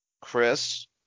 Chris